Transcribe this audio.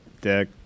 dick